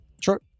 Sure